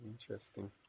Interesting